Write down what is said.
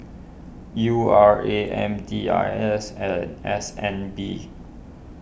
U R A M D I S and S N B